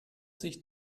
sich